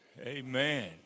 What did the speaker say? Amen